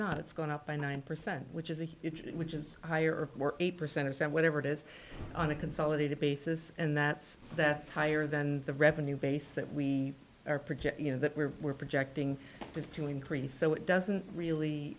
not it's going up by nine percent which is a which is higher more eight percent of whatever it is on a consolidated basis and that's that's higher than the revenue base that we are projecting you know that we were projecting to increase so it doesn't really